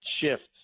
shifts